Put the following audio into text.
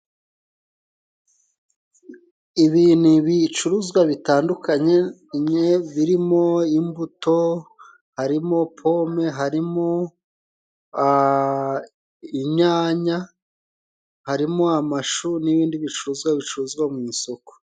Ibi ni icuruzwa bitandukanye birimo imbuto harimo pome harimo inyanya harimo amashu n'ibindi bicuruzwa bicuruzwa mu isoko.